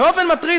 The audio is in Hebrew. באופן מטריד,